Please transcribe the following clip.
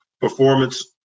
performance